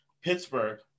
Pittsburgh